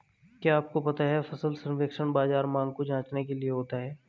क्या आपको पता है फसल सर्वेक्षण बाज़ार मांग को जांचने के लिए होता है?